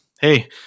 hey